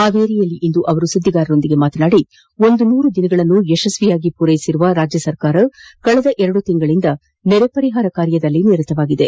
ಹಾವೇರಿಯಲ್ಲಿಂದು ಸುದ್ದಿಗಾರರೊಂದಿಗೆ ಮಾತನಾಡಿದ ಅವರು ನೂರು ದಿನಗಳನ್ನು ಯಶಸ್ವಿಯಾಗಿ ಪೂರೈಸಿರುವ ರಾಜ್ಯ ಸರ್ಕಾರ ಕಳೆದೆರಡು ತಿಂಗಳಿನಿಂದ ನೆರೆ ಪರಿಹಾರ ಕಾರ್ಯದಲ್ಲಿ ನಿರತವಾಗಿದೆ